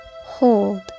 hold